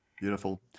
Beautiful